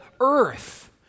earth